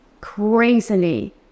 crazily